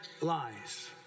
lies